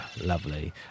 Lovely